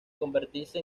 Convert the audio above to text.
convertirse